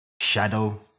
shadow